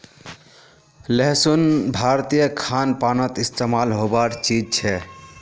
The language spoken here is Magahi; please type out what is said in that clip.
लहसुन भारतीय खान पानोत इस्तेमाल होबार चीज छे